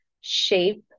shape